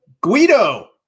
Guido